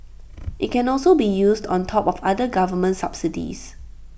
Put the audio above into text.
IT can also be used on top of other government subsidies